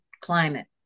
climate